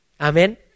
Amen